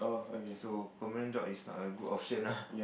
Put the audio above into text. so permanent job is not a good option lah